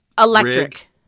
Electric